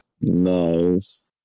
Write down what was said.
nice